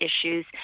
issues